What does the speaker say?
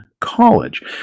college